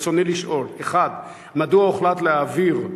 רצוני לשאול: 1. מדוע הוחלט להעביר,